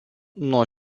nuo